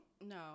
No